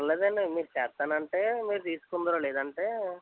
పర్లేదండి మీరు చేస్తానంటే మీరు తీసుకుందురు లేదంటే